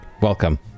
Welcome